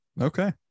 okay